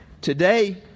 Today